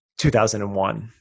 2001